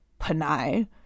panai